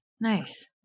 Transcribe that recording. Nice